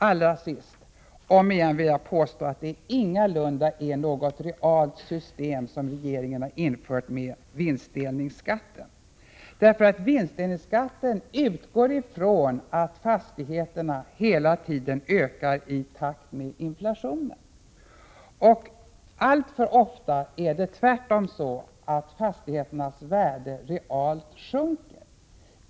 Allra sist: Jag vill återigen påstå att det ingalunda är något realt system som regeringen har infört med vinstdelningsskatten. Denna utgår från att fastigheternas värde hela tiden ökar i takt med inflationen. Alltför ofta är det tvärtom så att fastigheternas reella värde sjunker.